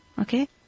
okay